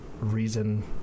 reason